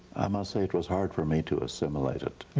i must say it was hard for me to assimilate it.